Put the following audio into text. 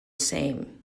same